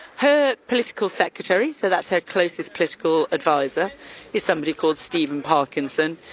her political secretary, so that's her closest political advisor is somebody called steven parkinson.